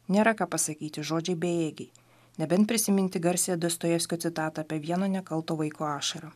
nėra ką pasakyti žodžiai bejėgiai nebent prisiminti garsiąją dostojevskio citatą apie vieno nekalto vaiko ašarą